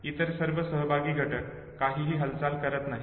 इतर सर्व सहभागी घटक काहीही हालचाल करत नाही